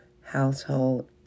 household